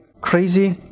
crazy